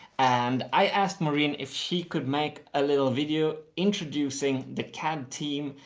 and i asked maureen if she could make a little video introducing the cad team.